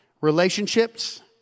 Relationships